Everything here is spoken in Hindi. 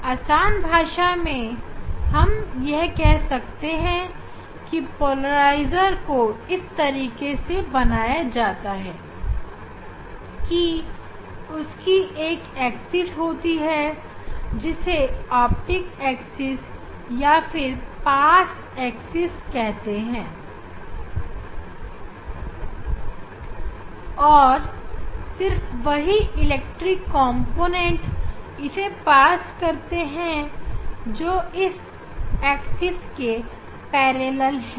आसान भाषा में हम कह सकते हैं कि पोलराइजर को इस तरीके से बनाया जाता है की उसकी एक एक्सिस होती है जिसे ऑप्टिक एक्सिस या फिर पास एक्सिस कहते हैं और सिर्फ वही इलेक्ट्रिक कॉम्पोनेंट इससे पास करते हैं जो इस एक्सिस के समांतर है